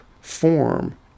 form